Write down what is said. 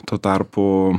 tuo tarpu